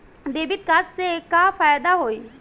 Debit card से का फायदा होई?